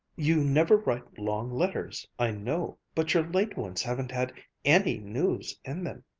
you never write long letters, i know but your late ones haven't had any news in them!